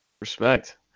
respect